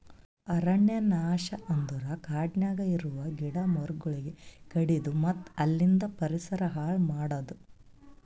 ಅರಣ್ಯ ನಾಶ ಅಂದುರ್ ಕಾಡನ್ಯಾಗ ಇರವು ಗಿಡ ಮರಗೊಳಿಗ್ ಕಡಿದು ಮತ್ತ ಅಲಿಂದ್ ಪರಿಸರ ಹಾಳ್ ಮಾಡದು